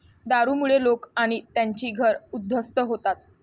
दारूमुळे लोक आणि त्यांची घरं उद्ध्वस्त होतात